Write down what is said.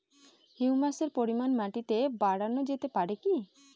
হিউমাসের পরিমান মাটিতে বারানো যেতে পারে কি?